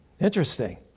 Interesting